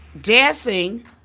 dancing